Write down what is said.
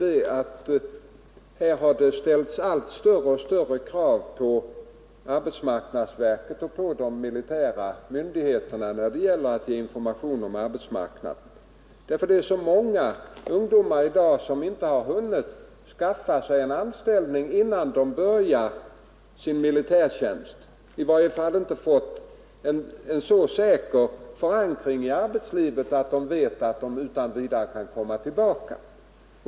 Det har ställts allt större krav på arbetsmarknadsverket och på de militära myndigheterna när det gäller att ge information om arbetsmarknaden därför att det är så många ungdomar i dag som inte har hunnit skaffa sig en anställning innan de börjar sin militärtjänst, i varje fall inte fått en så säker förankring i arbetslivet att de vet att de utan vidare kan komma tillbaka.